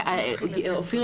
אופיר,